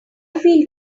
feel